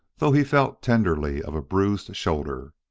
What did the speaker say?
though he felt tenderly of a bruised shoulder.